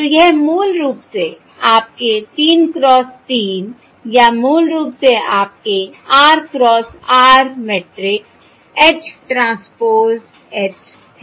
तो यह मूल रूप से आपके 3 क्रॉस 3 या मूल रूप से आपके r cross r matrix H transpose H है